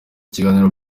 kiganiro